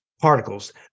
particles